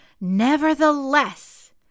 Nevertheless